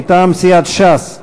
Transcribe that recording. מטעם סיעת ש"ס.